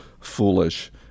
foolish